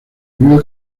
vive